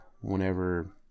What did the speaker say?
whenever